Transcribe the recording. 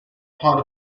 part